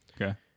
Okay